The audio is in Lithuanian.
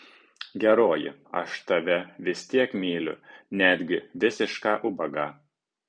geroji aš tave vis tiek myliu netgi visišką ubagą